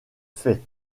fait